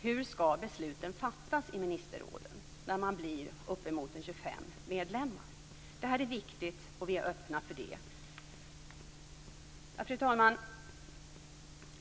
Hur skall besluten fattas i ministerråden när det blir uppemot 25 medlemmar? Detta är viktiga frågor som vi är öppna för att diskutera. Fru talman!